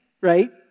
right